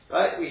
Right